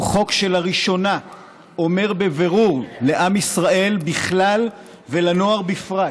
הוא חוק שלראשונה אומר בבירור לעם ישראל בכלל ולנוער בפרט: